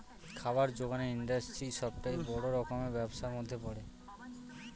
খাবার জোগানের ইন্ডাস্ট্রি সবটাই বড় রকমের ব্যবসার মধ্যে পড়ে